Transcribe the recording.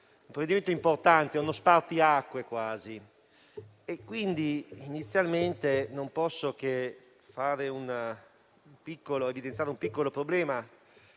un provvedimento importante, quasi uno spartiacque e quindi inizialmente non posso che evidenziare un piccolo problema,